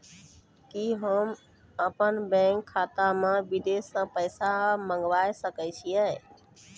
कि होम अपन बैंक खाता मे विदेश से पैसा मंगाय सकै छी?